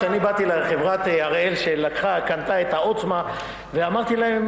כשאני באתי לחברת הראל שקנתה את ה'עוצמה' ואמרתי להם,